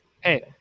hey